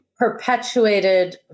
perpetuated